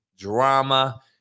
drama